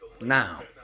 Now